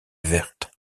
verte